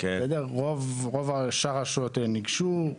רוב הרשויות ניגשו.